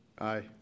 Aye